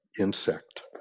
insect